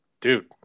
dude